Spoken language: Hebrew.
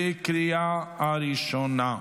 בקריאה טרומית.